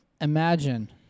Imagine